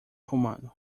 romano